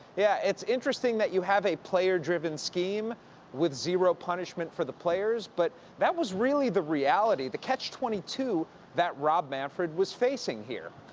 yeah it's interesting that you have a player-driven scheme with zero punishment for the players, but that was really the reality, the catch twenty two that rob manfred was facing here.